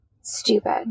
Stupid